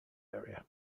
area